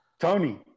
Tony